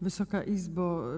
Wysoka Izbo!